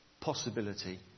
possibility